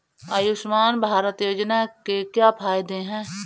आयुष्मान भारत योजना के क्या फायदे हैं?